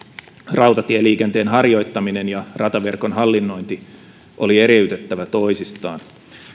rautatieliikenteen harjoittaminen ja rataverkon hallinnointi oli eriytettävä toisistaan